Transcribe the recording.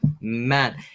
Man